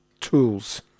tools